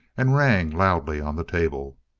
and rang loudly on the table.